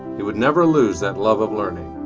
he would never lose that love of learning.